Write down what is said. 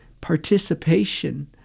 participation